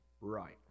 Right